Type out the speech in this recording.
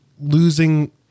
losing